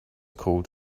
cold